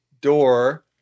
door